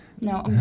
No